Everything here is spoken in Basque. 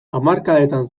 hamarkadetan